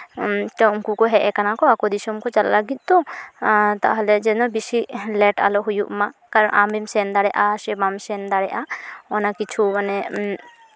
ᱛᱳ ᱩᱱᱠᱩ ᱠᱚ ᱦᱮᱡ ᱠᱟᱱᱟ ᱠᱚ ᱟᱠᱚ ᱫᱤᱥᱚᱢ ᱠᱚ ᱪᱟᱞᱟᱜ ᱞᱟᱹᱜᱤᱫ ᱛᱚ ᱛᱟᱦᱞᱮ ᱡᱮᱱᱚ ᱵᱮᱥᱤ ᱞᱮ ᱴ ᱟᱞᱚ ᱦᱩᱭᱩᱜ ᱢᱟ ᱠᱟᱨᱚᱱ ᱟᱢᱮᱢ ᱥᱮᱱ ᱫᱟᱲᱮᱭᱟᱜᱼᱟ ᱥᱮ ᱵᱟᱢ ᱥᱮᱱ ᱫᱟᱲᱮᱭᱟᱜᱼᱟ ᱚᱱᱟ ᱠᱤᱪᱷᱩ ᱢᱟᱱᱮ